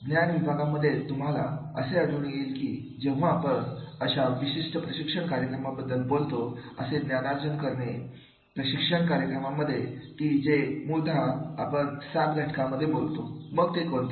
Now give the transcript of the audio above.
ज्ञान विभागामध्ये तुम्हाला असे आढळून येईल की जेव्हा आपण अशा विशिष्ट प्रशिक्षण कार्यक्रमाबद्दल बोलतो असे ज्ञानार्जन करणे प्रशिक्षण कार्यक्रमांमध्ये की जे मुळतः आपण सात घटकांविषयी बोलतो मग ते कोणते